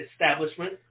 establishment